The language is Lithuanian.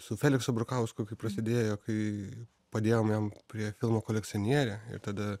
su feliksu abrukausku kai prasidėjo kai padėjom jam prie filmo kolekcionierė tada